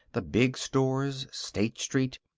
the big stores. state street.